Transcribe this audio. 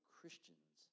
Christians